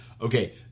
Okay